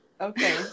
Okay